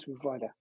provider